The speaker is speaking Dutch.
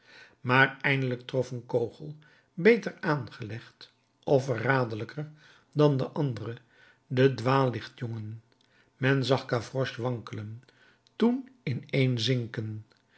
maar eindelijk trof een kogel beter aangelegd of verraderlijker dan de andere den dwaallichtjongen men zag gavroche wankelen toen ineenzinken de